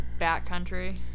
backcountry